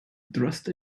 dressed